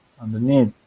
underneath